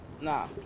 Nah